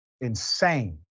insane